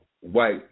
white